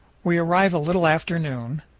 we arrive a little after noon.